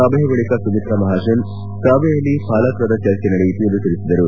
ಸಭೆಯ ಬಳಿಕ ಸುಮಿತ್ರಾ ಮಹಾಜನ್ ಸಭೆಯಲ್ಲಿ ಫಲಪ್ರದ ಚರ್ಚೆ ನಡೆಯಿತು ಎಂದು ತಿಳಿಸಿದರು